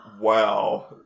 Wow